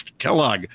Kellogg